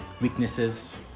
weaknesses